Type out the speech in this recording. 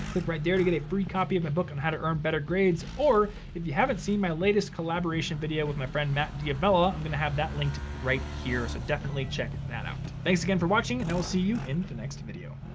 click right there to get a free copy of my book on how to earn better grades. or if you haven't seen my latest collaboration video with my friend, matt d'avella, i'm gonna have that linked right here. so definitely check that out. thanks again for watching and we'll see you in the next video.